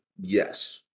yes